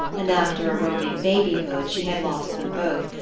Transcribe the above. and after a roaming babyhood she had lost them both,